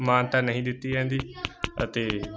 ਮਾਨਤਾ ਨਹੀਂ ਦਿੱਤੀ ਜਾਂਦੀ ਅਤੇ